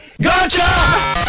Gotcha